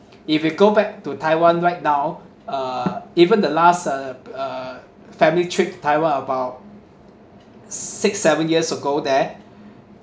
if you go back to taiwan right now uh even the last uh uh family trip taiwan about six seven years ago there